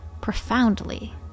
profoundly